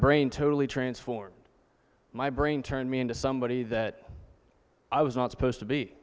brain totally transformed my brain turned me into somebody that i was not supposed to be